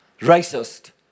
racist